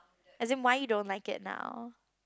as in why you don't like it now